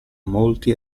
molti